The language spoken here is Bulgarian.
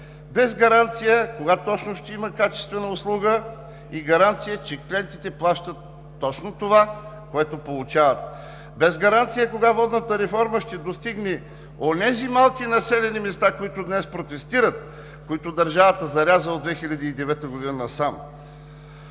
без гаранция кога точно ще има качествена услуга, и гаранция, че клиентите плащат точно това, което получават. Без гаранция кога водната реформа ще достигне онези малки населени места, които днес протестират, които държавата заряза от 2009 г. насам,